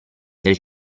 del